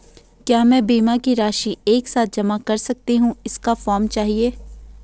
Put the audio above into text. क्या मैं बीमा की राशि एक साथ जमा कर सकती हूँ इसका फॉर्म चाहिए?